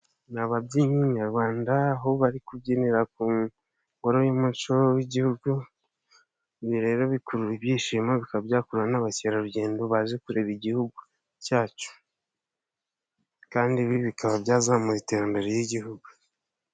Ni ababyinnyi nyarwanda aho bari kubyinira ku ngoro y'umuco w'igihugu, ibi rero bukurura ibyishimo bikaba byakurira n'abakerarugendo baje kureba igihugu cyacu, bikaba byazamura iterambere ry'igihugu.